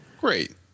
Great